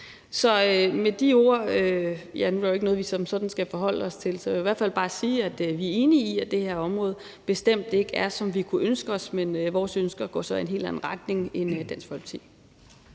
Så med de ord – ja, nu er der jo ikke noget, vi som sådan skal forholde os til – vil jeg i hvert fald bare sige, at vi er enige i, at det her område bestemt ikke er, som vi kunne ønske os, men vores ønsker går så i en helt anden retning end Dansk Folkepartis.